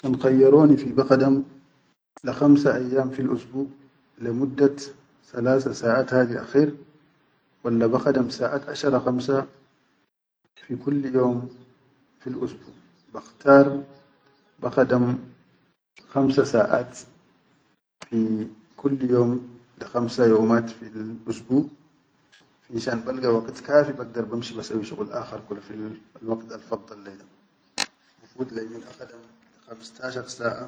Kan khayyoroni fi bakhadam le khamsa ayyam fil usbu, le mudda salasa saʼat hadi akher walla bakhadam saʼat ashara khamsa fi kulli yom fil usbu, bakhtaar bakhadam khamsa yomat fil usbu finshan balga waqit kafi bagdar bamshi basawwi shuqul aakhir kula fil waqit al faddal lai da, bifut lai le akhadam le khamistashar.